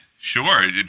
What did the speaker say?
sure